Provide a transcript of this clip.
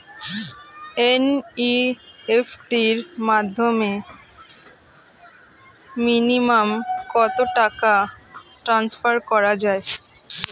NEFT র মাধ্যমে minimum কত টাকা টান্সফার করা যায়?